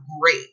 great